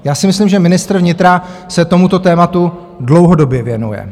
Já si myslím, že ministr vnitra se tomuto tématu dlouhodobě věnuje.